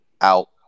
out